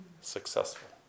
successful